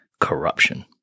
corruption